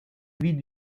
vis